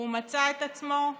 והוא מצא את עצמו,